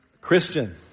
Christian